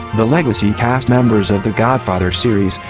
the legacy cast members of the godfather series,